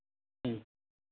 ᱦᱩᱸ